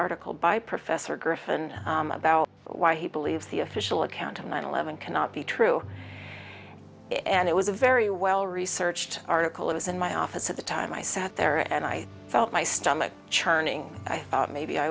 article by professor griffen about why he believes the official account of nine eleven cannot be true and it was a very well researched article it was in my office at the time i sat there and i felt my stomach churning i thought maybe i